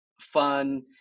fun